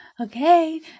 Okay